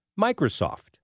Microsoft